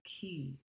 key